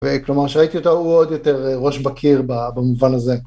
כלומר שראיתי אותו הוא עוד יותר ראש בקיר במובן הזה.